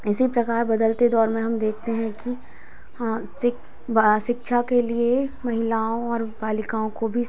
इसी प्रकार बदलते दौर में हम देखते हैं कि हाँ सिक ब सिक्षा के लिए महिलाओं और बालिकाओं को भी